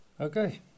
okay